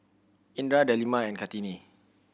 Indra Delima and Kartini